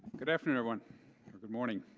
good afternoon, everyone, or good morning.